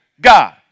God